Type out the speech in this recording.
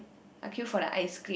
I queue for the ice cream